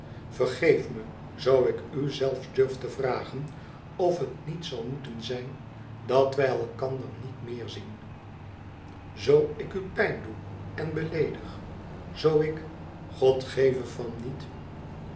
vergeef me zoo ik u zelfs durf te vragen of het niet zal moeten zijn dat wij elkander net meer zien zoo ik u pijn doe en beleedig zoo ik god geve van niet